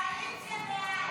לוועדת החוקה,